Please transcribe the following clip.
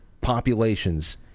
populations